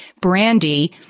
Brandy